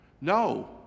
no